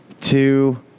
two